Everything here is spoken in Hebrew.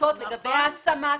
לגבי ההשמה עצמה,